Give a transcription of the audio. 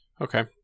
Okay